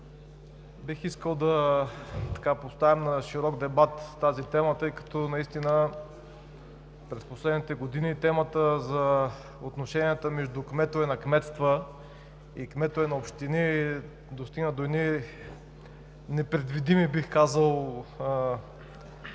бих искал да поставя на широк дебат тази тема, тъй като наистина през последните години темата за отношенията между кметове на кметства и кметове на общини достигна до едни, бих казал, непредвидими